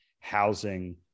housing